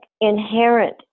inherent